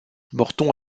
morton